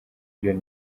byo